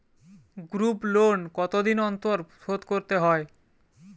Group loan কতদিন অন্তর শোধকরতে হয়?